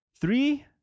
Three